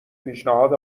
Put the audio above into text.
پیشنهاد